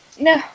no